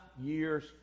years